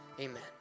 Amen